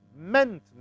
meant